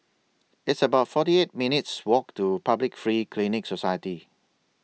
It's about forty eight minutes' Walk to Public Free Clinic Society